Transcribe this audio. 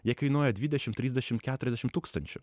jie kainuoja dvidešim trisdešim keturiasdešim tūkstančių